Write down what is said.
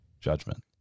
judgment